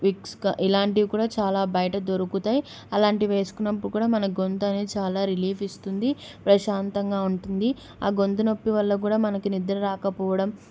Vicks ఇలాంటివి కూడా చాలా బయట దొరుకుతాయి అలాంటివి వేసుకున్నప్పుడు కూడా మన గొంతు అనేది చాలా రిలీఫ్ ఇస్తుంది ప్రశాంతంగా ఉంటుంది ఆ గొంతు నొప్పి వల్ల కూడా మనకి నిద్ర రాకపోవడం